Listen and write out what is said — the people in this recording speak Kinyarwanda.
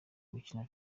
gukina